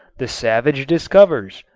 the savage discovers.